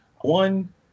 One